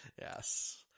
Yes